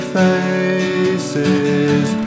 faces